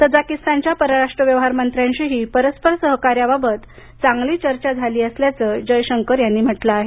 तजाकीस्तानच्या पराराष्ट्र व्यवहार मंत्र्यांशीही परस्पर सहकार्याबाबत चांगली चर्चा झाली असल्याचं जयशंकर यांनी म्हटलं आहे